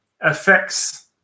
affects